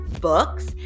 books